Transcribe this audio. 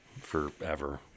forever